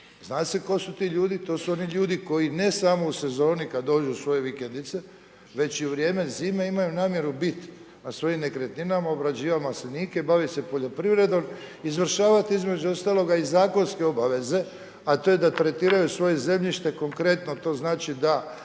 Zna se tko su ti ljudi, to su oni ljudi koji ne samo u sezoni kad dođu u svoje vikendice već i u vrijeme zime, imaju namjeru biti u svojim nekretninama, obrađivati maslinike, baviti se poljoprivredom, izvršavati između ostaloga i zakonske obaveze a to je da tretiraju svoje zemljište, konkretno to znači da